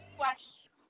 question